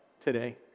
today